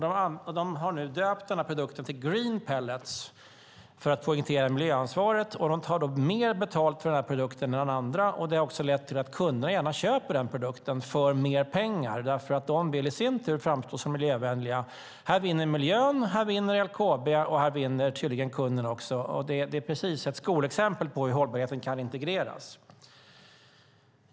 De har nu döpt produkten till Green Pellets för att poängtera miljöansvaret, och de tar mer betalt för produkten än andra. Det har också lett till att kunderna gärna köper produkten, för mer pengar. De vill nämligen i sin tur framstå som miljövänliga. Här vinner miljön, här vinner LKAB och här vinner tydligen kunden också. Det är ett skolexempel på hur hållbarheten kan integreras.